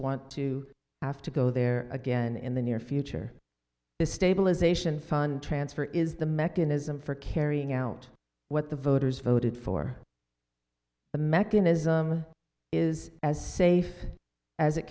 want to have to go there again in the near future the stabilization fund transfer is the mechanism for carrying out what the voters voted for the mechanism is as safe as it